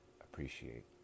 appreciate